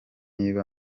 niba